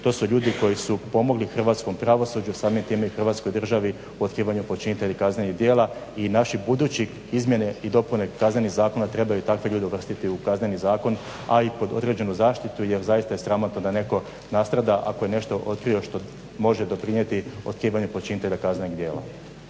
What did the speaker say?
To su ljudi koji su pomogli hrvatskom pravosuđu i samim time i Hrvatskoj državi u otkrivanju počinitelja kaznenih djela i naši budući izmjene i dopune kaznenih zakona trebaju takve ljude uvrstiti u kazneni zakon, a i pod određenu zaštitu jer zaista je sramotno da netko nastrada ako ne nešto otkrio što može doprinijeti otkrivanju počinitelja kaznenih djela.